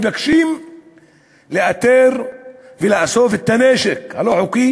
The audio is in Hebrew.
מבקשים לאתר ולאסוף את הנשק הלא-חוקי